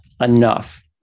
enough